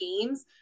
games